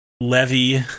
levy